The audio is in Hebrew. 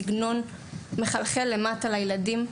מחלחל למטה אל הילדים,